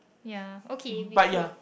ya okay we should